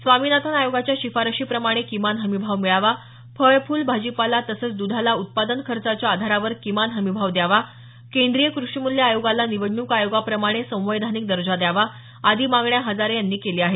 स्वामीनाथन आयोगाच्या शिफारशीप्रमाणे किमान हमी भाव मिळावा फळं फुलं भाजीपाला तसंच दुधाला उत्पादन खर्चाच्या आधारावर किमान हमी भाव द्यावा केंद्रीय कृषीमूल्य आयोगाला निवडणूक आयोगाप्रमाणे संवैधानिक दर्जा द्यावा आदी मागण्या हजारे यांनी केल्या आहेत